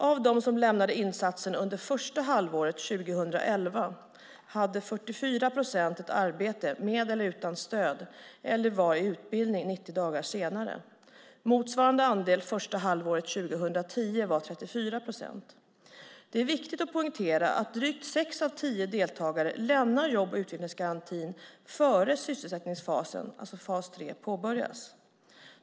Av dem som lämnade insatsen under första halvåret 2011 var 44 procent i arbete med eller utan stöd eller i utbildning 90 dagar senare. Motsvarande andel första halvåret 2010 var 34 procent. Det är viktigt att poängtera att drygt sex av tio deltagare lämnar jobb och utvecklingsgarantin innan sysselsättningsfasen, alltså fas 3, påbörjas.